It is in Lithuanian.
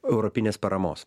europinės paramos